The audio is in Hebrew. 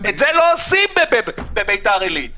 את זה לא עושים בביתר עילית.